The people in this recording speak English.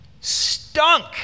stunk